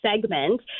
segment